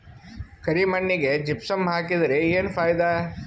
ಕರಿ ಮಣ್ಣಿಗೆ ಜಿಪ್ಸಮ್ ಹಾಕಿದರೆ ಏನ್ ಫಾಯಿದಾ?